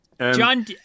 John